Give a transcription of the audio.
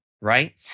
right